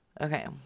Okay